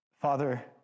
Father